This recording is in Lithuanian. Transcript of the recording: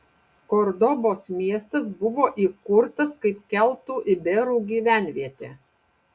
kordobos miestas buvo įkurtas kaip keltų iberų gyvenvietė